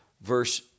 verse